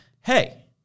hey